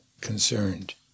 concerned